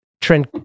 Trent